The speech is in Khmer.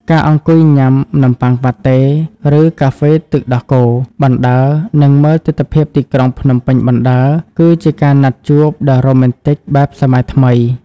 ការអង្គុយញ៉ាំ "នំបុ័ងប៉ាតេ" ឬ "កាហ្វេទឹកដោះគោ" បណ្ដើរ និងមើលទិដ្ឋភាពទីក្រុងភ្នំពេញបណ្ដើរ គឺជាការណាត់ជួបដ៏រ៉ូមែនទិកបែបសម័យថ្មី។